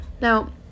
now